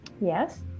Yes